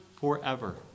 forever